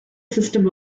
system